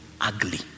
ugly